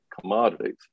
commodities